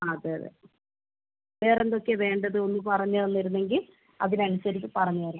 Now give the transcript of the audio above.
അതെ അതെ വേറെ എന്തൊക്കെയാണ് വേണ്ടത് ഒന്ന് പറഞ്ഞുതന്നിരുന്നെങ്കിൽ അതിനനുസരിച്ച് പറഞ്ഞുതരാം